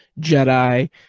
Jedi